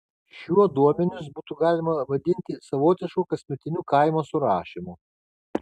šiuo duomenis būtų galima vadinti savotišku kasmetiniu kaimo surašymu